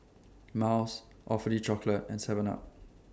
Miles Awfully Chocolate and Seven up